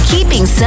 Keeping